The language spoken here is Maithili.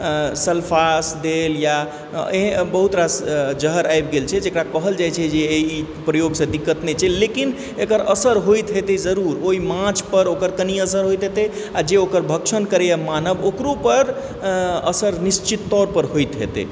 सल्फास देल या एहन बहुत रास जहर आबि गेल छै जकरा कहल जाइ छै जे ई प्रयोगसँ दिक्कत नहि छै लेकिन एकर असर होइत हेतय जरूर ओइ माछपर ओकर तनि असर होइत हेतय आओर जे ओकर भक्षण करइए मानव ओकरोपर असर निश्चित तौरपर होइत हेतय